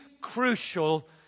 crucial